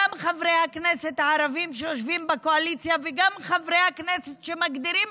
גם חברי הכנסת הערבים שיושבים בקואליציה וגם חברי הכנסת שמגדירים